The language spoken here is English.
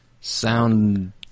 sound